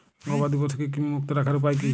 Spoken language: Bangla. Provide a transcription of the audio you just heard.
গবাদি পশুকে কৃমিমুক্ত রাখার উপায় কী?